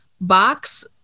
box